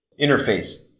interface